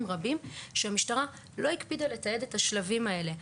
רבים שהמשטרה לא הקפידה לתעד את השלבים האלה.